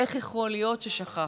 איך יכול להיות ששכחנו?